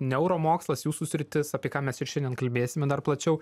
neuromokslas jūsų sritis apie ką mes ir šiandien kalbėsime dar plačiau